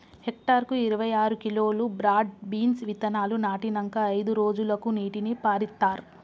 hectare కు ఇరవై ఆరు కిలోలు బ్రాడ్ బీన్స్ విత్తనాలు నాటినంకా అయిదు రోజులకు నీటిని పారిత్తార్